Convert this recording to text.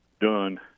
done